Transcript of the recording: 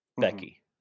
Becky